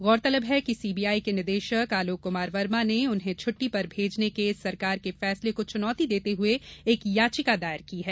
गौरतलब है कि सीबीआई के निदेशक आलोक कुमार वर्मा ने उन्हें छुट्टी पर भेजने के सरकार के फैसले को चुनौती चुनौती देते हुये एक याचिका दायर की है